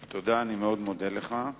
תודה, אני מאוד מודה לך.